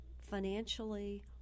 financially